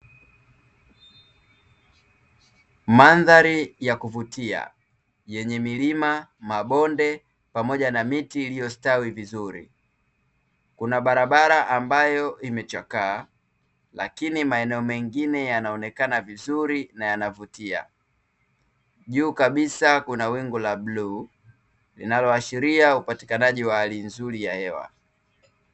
Mandhari ya kuvutia yenye milima, mabonde pamoja na miti iliyostawi vizuri. Kuna barabara ambayo imechakaa lakini maeneo mengine yanaonekana vizuri na yanavutia. Juu kabisa kuna wingu la bluu linaloashiria upatikanaji wa hali nzuri ya hewa.